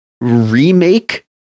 remake